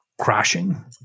Crashing